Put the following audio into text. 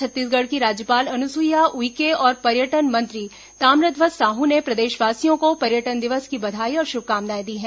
छत्तीसगढ़ की राज्यपाल अनुसुईया उइके और पर्यटन मंत्री ताम्रध्वज साहू ने प्रदेशवासियों को पर्यटन दिवस की बधाई और शुभकामनाएं दी हैं